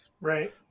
Right